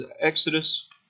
Exodus